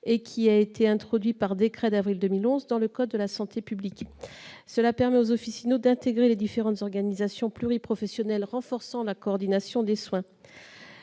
la loi HPST et introduit par un décret d'avril 2011 dans le code de la santé publique. Ce statut permet aux officinaux d'intégrer les différentes organisations pluriprofessionnelles renforçant la coordination des soins.